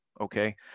okay